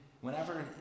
whenever